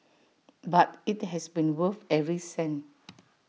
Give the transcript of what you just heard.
but IT has been worth every cent